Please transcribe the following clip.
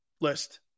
list